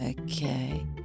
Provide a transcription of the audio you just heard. Okay